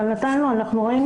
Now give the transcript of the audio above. אני רואה